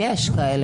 יש כאלה.